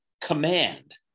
command